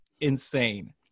insane